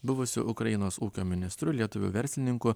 buvusiu ukrainos ūkio ministru lietuviu verslininku